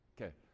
Okay